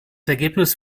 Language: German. ergebnis